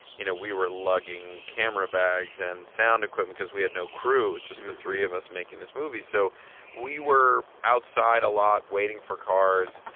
you know, we were lugging camera bags and sound equipment cause we had no crew. it was just the three of us making this movie. so we were outside a lot waiting for cars,